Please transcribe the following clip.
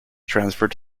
transferred